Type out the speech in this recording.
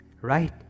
Right